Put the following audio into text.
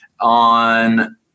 on